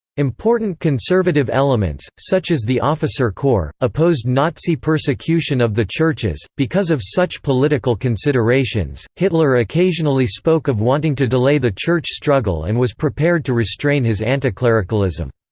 important conservative elements, such as the officer corps, opposed nazi persecution of the churches because of such political considerations, hitler occasionally spoke of wanting to delay the church struggle and was prepared to restrain his anticlericalism.